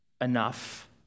enough